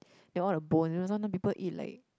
then all the bone you know sometime people eat like